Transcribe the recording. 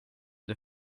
det